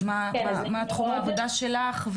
מה תחום העבודה שלך.